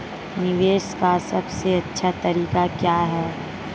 निवेश का सबसे अच्छा तरीका क्या है?